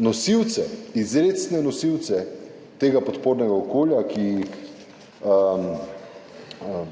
nosilce, izrecne nosilce tega podpornega okolja